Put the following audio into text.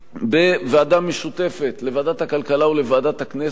בוועדה משותפת לוועדת הכלכלה ולוועדת הכנסת,